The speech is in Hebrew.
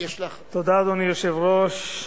תודה, אדוני היושב-ראש.